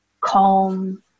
calm